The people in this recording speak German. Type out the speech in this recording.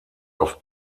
auf